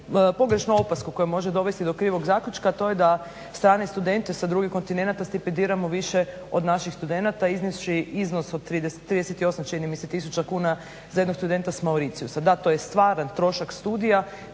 pogrešnu opasku koja može dovesti do krivog zaključka to je da strani studenti sa drugih kontinenata stipendiramo više od naših studenata iznijevši iznos od 38 čini mi se tisuća kuna za jednog studenta sa Mauritiusa. Da to je stvaran trošak studija